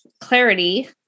clarity